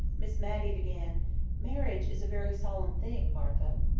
miss matty began marriage is a very solemn thing, martha.